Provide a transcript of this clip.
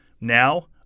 Now